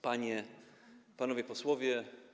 Panie i Panowie Posłowie!